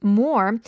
more